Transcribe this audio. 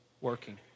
working